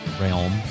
realm